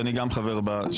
שאני גם חבר בה,